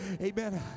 Amen